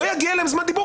לא יגיע להם זמן דיבור,